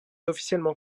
officiellement